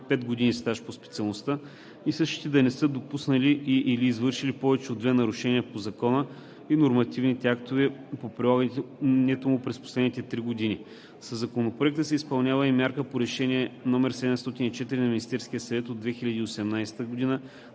5 години стаж по специалността и същите да не са допуснали и/или извършили повече от две нарушения по Закона и нормативните актове по прилагането му през последните три години. Със Законопроекта се изпълнява и мярка по Решение № 704 на Министерския съвет от 2018 г. за